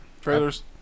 Trailers